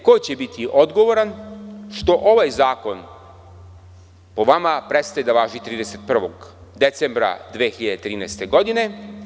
Ko će biti odgovoran što ovaj zakon po vama prestaje da važi 31. decembra 2013. godine?